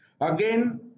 Again